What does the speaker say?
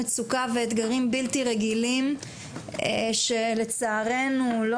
מצוקה ואתגרים בלתי רגילים שלצערנו לא